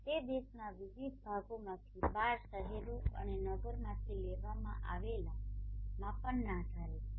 તે દેશના વિવિધ ભાગોમાંથી 12 શહેરો અને નગરોમાંથી લેવામાં આવેલા માપનના આધારે છે